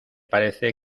parece